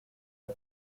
the